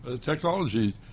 Technology